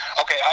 Okay